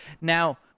Now